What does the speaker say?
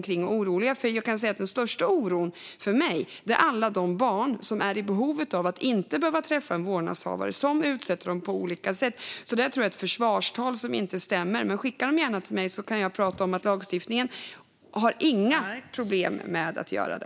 Den största oron för mig är alla de barn som är i behov av att inte behöva träffa en vårdnadshavare som utsätter dem på olika sätt. Det här är ett försvarstal som inte stämmer. Men skicka dem gärna till mig så kan jag prata om att lagstiftningen inte har några problem med att göra så.